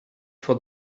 for